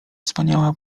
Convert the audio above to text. wspaniała